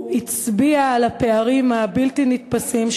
הוא הצביע על הפערים הבלתי-נתפסים,